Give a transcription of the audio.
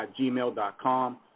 gmail.com